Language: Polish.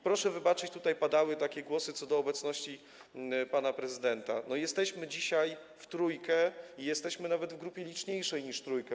Proszę wybaczyć - bo padały głosy co do obecności pana prezydenta - ale jesteśmy dzisiaj w trójkę, jesteśmy nawet w grupie liczniejszej niż trójka.